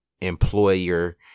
employer